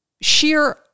sheer